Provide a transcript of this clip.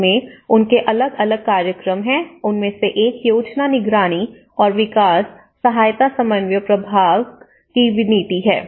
उसमें उनके अलग अलग कार्यक्रम हैं उनमें से एक योजना निगरानी और विकास सहायता समन्वय प्रभाग की नीति है